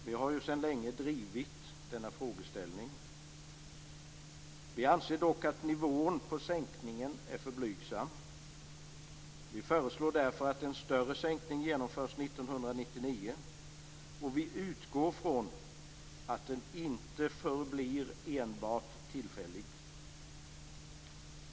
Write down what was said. Vi har sedan länge drivit denna fråga. Vi anser dock att nivån på sänkningen är för blygsam. Därför föreslår vi att en större sänkning genomförs 1999, och vi utgår från att den inte förblir enbart tillfällig.